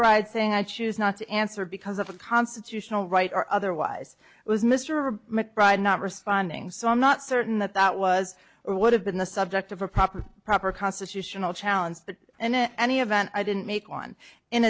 bride saying i choose not to answer because of a constitutional right or otherwise was mr mcbride not responding so i'm not certain that that was or would have been the subject of a proper proper constitutional challenge and any event i didn't make one in